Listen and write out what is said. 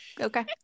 Okay